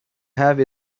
have